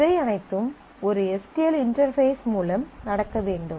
இவை அனைத்தும் ஒரு எஸ் க்யூ எல் இன்டெர்பேஸ் மூலம் நடக்க வேண்டும்